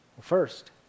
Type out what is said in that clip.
First